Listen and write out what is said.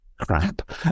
Crap